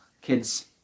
kids